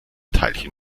teilchen